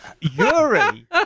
Yuri